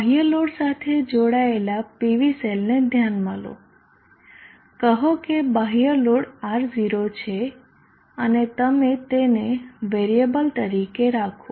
બાહ્ય લોડ સાથે જોડાયેલા PV સેલને ધ્યાનમાં લો કહો કે બાહ્ય લોડ R0 છે અને તમે તેને વેરીએબલ તરીકે રાખો